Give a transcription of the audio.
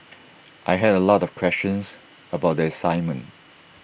I had A lot of questions about the assignment